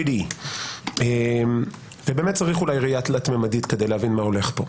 3D. אולי באמת צריך ראייה תלת ממדית כדי להבין מה הולך פה.